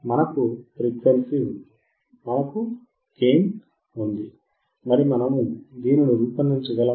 మనకు ఫ్రీక్వెన్సీ ఉంది మనకు గెయిన్ ఉంది మనము దీనిని రూపొందించగలమా